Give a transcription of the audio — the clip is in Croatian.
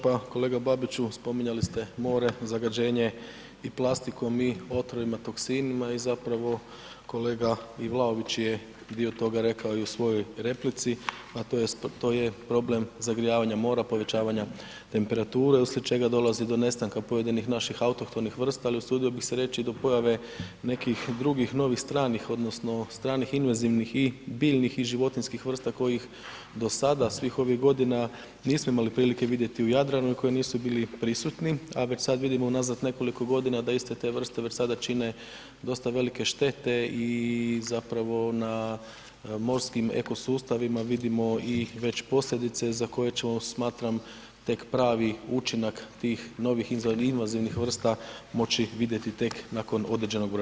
Pa kolega Babiću, spominjali ste more, zagađenje i plastiku, a mi o otrovima toksinima i zapravo kolega i Vlaović je dio toga rekao i u svoj replici, a to je problem zagrijavanja mora, povećavanja temperature uslijed čega dolazi do nestanka pojedinih naših autohtonih vrsta, ali usudio bih se reći i do pojave nekih drugih novih stranih odnosno stranih invanzivnih biljnih i životinjskih vrsta kojih do sada svih ovih godina nismo imali prilike u Jadranu i koji nisu bili prisutni, a već sada vidimo unazad nekoliko godina da iste te vrste već sada čine dosta velike štete i zapravo na morskim ekosustavima vidimo i već posljedice za koje ćemo smatram tek pravi učinak tih novih invazivnih vrsta moći vidjeti tek nakon određenog broja godina.